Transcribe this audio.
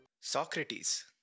Socrates